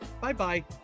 Bye-bye